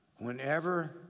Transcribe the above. Whenever